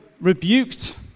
rebuked